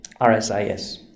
RSIS